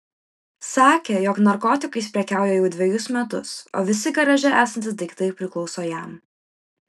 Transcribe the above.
sakė jog narkotikais prekiauja jau dvejus metus o visi garaže esantys daiktai priklauso jam